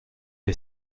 est